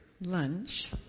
lunch